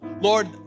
Lord